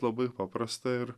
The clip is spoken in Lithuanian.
labai paprasta ir